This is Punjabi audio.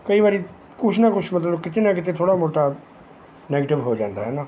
ਕਈ ਵਾਰੀ ਕੁਛ ਨਾ ਕੁਛ ਮਤਲਬ ਕਿਤੇ ਨਾ ਕਿਤੇ ਥੋੜ੍ਹਾ ਮੋਟਾ ਨੈਗਟਿਵ ਹੋ ਜਾਂਦਾ ਹੈ ਨਾ